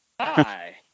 Hi